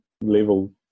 level